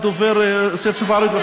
של השפה הערבית.